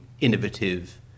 innovative